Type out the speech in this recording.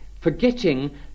forgetting